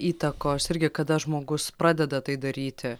įtakos irgi kada žmogus pradeda tai daryti